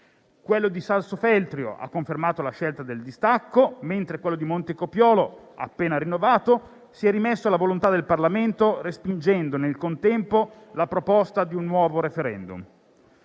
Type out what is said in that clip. quello di Sassofeltrio ha confermato la scelta del distacco, mentre quello di Montecopiolo, appena rinnovato, si è rimesso alla volontà del Parlamento, respingendo nel contempo la proposta di un nuovo *referendum.*